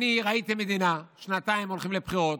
אני ראיתי מדינה שבה שנתיים הולכים לבחירות,